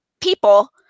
people